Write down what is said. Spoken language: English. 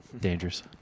Dangerous